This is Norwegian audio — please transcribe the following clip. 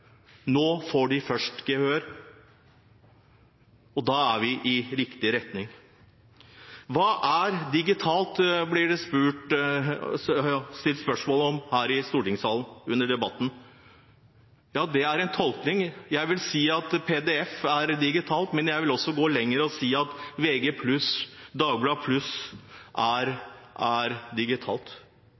nå får de gehør, og da går vi i riktig retning. Hva er digitalt, blir det stilt spørsmål om her i stortingssalen under debatten. Det er en tolkning. Jeg vil si at pdf er digitalt, men jeg vil også gå lenger og si at VG+ og Dagbladet+ er digitalt.